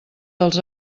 dels